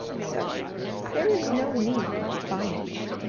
so there is no need of defining it.